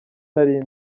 nari